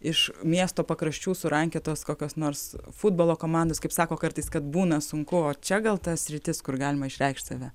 iš miesto pakraščių surankiotos kokios nors futbolo komandos kaip sako kartais kad būna sunku o čia gal ta sritis kur galima išreikšt save